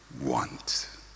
want